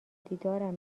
دیدارم